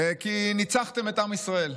כי ניצחתם את עם ישראל.